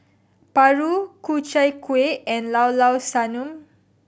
paru Ku Chai Kueh and Llao Llao Sanum